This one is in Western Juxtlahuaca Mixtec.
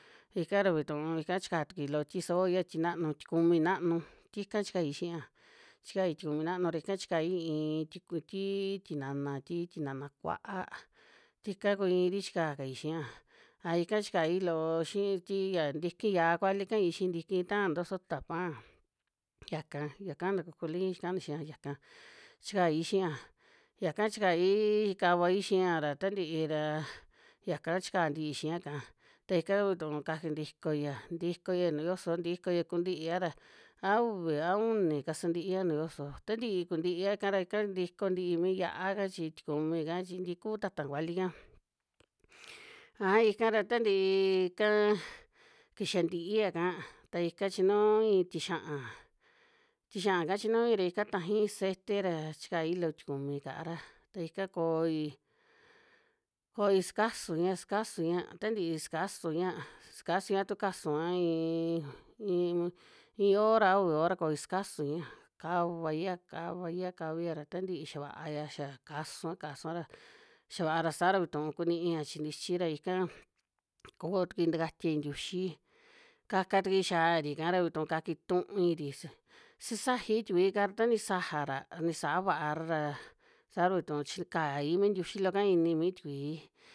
Ika ra ví tuu ika chi ka tu kui lo sti sebolla sti na nu stikumi na nu sti ka chi kai xi'a chi kai stikumi na nu ra ika chi kai, ii ku sti. Sti na na sti stina na kua'a sti ka ku ii ri chi ka kai xi'a. A chi kai loo xi sti ya ntiki ya kúa li kai xi ntiki ta ntoso sa ta pa, ya ka ya ka na ko ko lin xa ka na xi'a ya ka, chi kai xi'a ya ka chi kaii ka va i xi'a ra ta nti'i ra, ya ka chi ka tu ku xi'a ka. Ta ika vítu ka kai nti ko ia nti ko ia nu yo so nti koi ia ku nti a ra a uvi, a uni ka sa nti'i ya nu yo so ta nti'i ku nti a ka ra ika nti ko nti'i mi ya'a chi sti ku mi ka chi nti kuu ta ta kua li ka. A ika ra ta ntii ika ki xa nti'i ya ka ta ika chi nu i sti xa'a, sti xa'a ka chi nu i ra ika ta ji cete ra xi kai lo sti kumi ka'a ra ta ika koi, koi ska su i'a ska su i'a ta nti'i ska su i. A tu ka su a ii, ii, in ora a uvi ora koi ska su i'a ka va i, kava i, ka va i ra ta nti'i xa va'a ya ka su a ka su a ra xa, va'a ra sa ra ví tu ku ni'i chi nti chi ra ika, ko tu ku i nta ka stia i tiuxi, ka ka tu i xa ri ka ra ví tuka ka i tu'u i sa sa ji sti kui ka ra tani sa ja ra ni saa va'a ra ra, sa vi tu chi kai mi stiuxi lo ka ini mi sti kuii